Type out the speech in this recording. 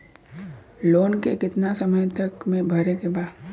Loan के कितना समय तक मे भरे के बा?